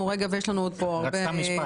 למקום אחר ויש לנו כאן עוד הרבה סעיפים.